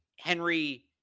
Henry